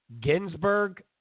Ginsburg